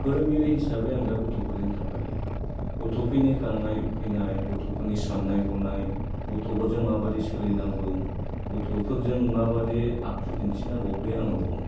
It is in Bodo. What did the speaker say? फोरोंगिरि हिसाबै आं दा गथ'फोरजों थाफायो गथ'फोरनि गांनाय उखैनाय गथ'फोरनि साननाय हनाय गथ'फोरजों माबोरै सोलिनांगौ गथ'फोरजों माबादि आखु दिन्थानांगौ बे आंनाव दं